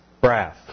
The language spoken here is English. brass